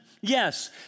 Yes